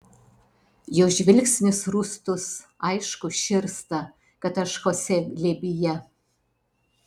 jo žvilgsnis rūstus aišku širsta kad aš chosė glėbyje